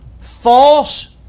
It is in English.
false